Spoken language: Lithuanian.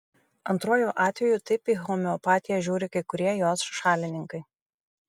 antruoju atveju taip į homeopatiją žiūri kai kurie jos šalininkai